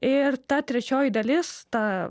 ir ta trečioji dalis ta